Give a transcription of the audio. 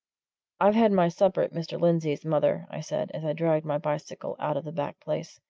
i've had my supper at mr. lindsey's, mother, i said, as i dragged my bicycle out of the back-place.